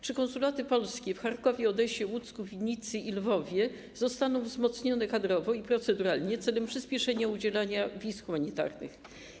Czy konsulaty polskie w Charkowie, Odessie, Łucku, Winnicy i Lwowie zostaną wzmocnione kadrowo i proceduralnie celem przyspieszenia udzielania wiz humanitarnych?